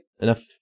enough